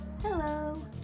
Hello